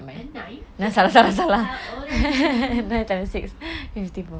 a nine how old are you